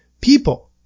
people